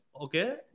Okay